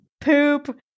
Poop